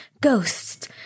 ghosts